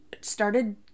started